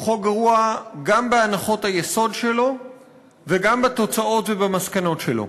הוא חוק גרוע גם בהנחות היסוד שלו וגם בתוצאות ובמסקנות שלו.